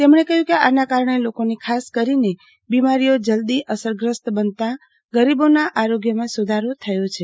તેમણે કહ્યું કે આના કારણે લોકોની ખાસ કરીને બિમારીઓ જલદી અસરગ્રસ્ત બનતા ગરીબોના આરોગ્યમાં સુધારો થયો છે